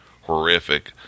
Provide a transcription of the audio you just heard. horrific